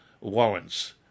warrants